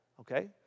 Okay